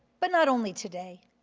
but not only today.